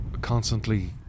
constantly